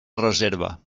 reserva